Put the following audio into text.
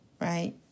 right